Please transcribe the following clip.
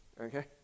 okay